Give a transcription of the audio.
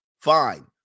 fine